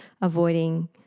avoiding